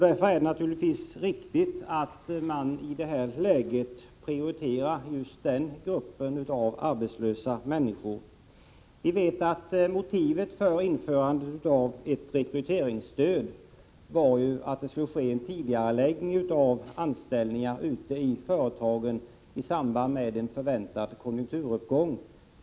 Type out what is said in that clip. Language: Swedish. Därför är det givetvis riktigt att man i det här läget prioriterar just den gruppen av arbetslösa människor. Vi vet att motivet för införandet av ett rekryteringsstöd var att det skulle ske en tidigareläggning av anställningar ute i företagen i samband med en förväntad konjunkturuppgång.